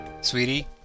Sweetie